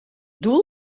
doel